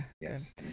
Yes